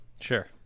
Sure